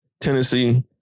Tennessee